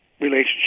relationship